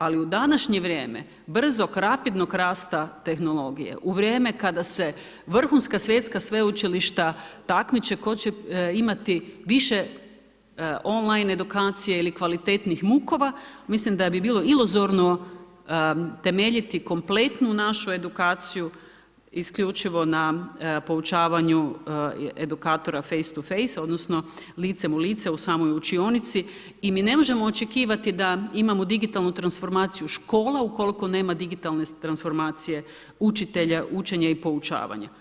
Ali u današnje vrijeme brzog, rapidnog rasta tehnologije, u vrijeme kada se vrhunska svjetska sveučilišta takmiče tko će imati više on-line edukacije ili kvalitetnih MUK-ova, mislim da bi bilo iluzorno temeljiti kompletnu našu edukaciju isključivo na poučavanju edukatora face to face, odnosno licem u lice u samoj učionici i mi ne možemo očekivati da imamo digitalnu transformacija škola ukoliko nema digitalne transformacije učitelja, učenje i poučavanje.